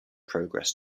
progress